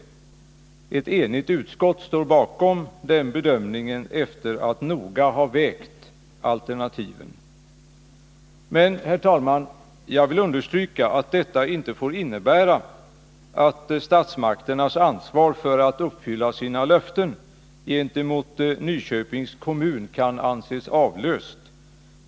Ett enigt utskott står bakom den bedömningen efter att noga ha vägt alternativen. Men jag vill, herr talman, understryka att detta inte får innebära att statsmakternas ansvar för att uppfylla sina löften gentemot Nyköpings kommun kan anses avlöst.